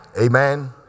Amen